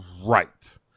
Right